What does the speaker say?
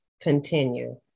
continue